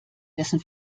dessen